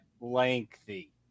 lengthy